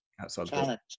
Outside